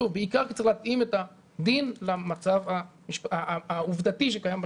שוב בעיקר כי צריך להתאים את הדין למצב העובדתי שקיים בשטח.